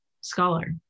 scholar